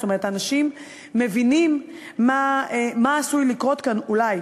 זאת אומרת, אנשים מבינים מה עשוי לקרות כאן, אולי.